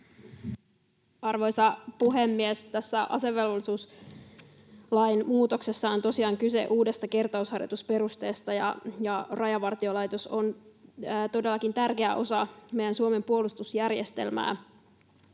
Arvoisa puhemies! Tässä asevelvollisuuslain muutoksessa on tosiaan kyse uudesta kertausharjoitusperusteesta. Rajavartiolaitos on todellakin tärkeä osa meidän Suomen puolustusjärjestelmää.